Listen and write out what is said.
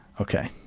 Okay